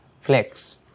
Flex